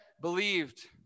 believed